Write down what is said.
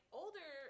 older